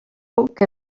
que